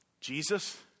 Jesus